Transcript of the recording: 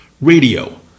Radio